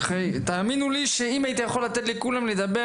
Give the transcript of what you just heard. תאמינו לי שאם הייתי יכול לתת לכולם לדבר